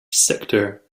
sector